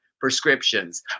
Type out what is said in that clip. prescriptions